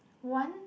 one